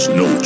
no